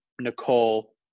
Nicole